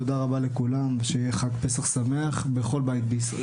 תודה רבה לכולם ושהיה פסח שמח בכל בית בישראל.